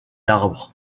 d’arbres